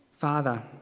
Father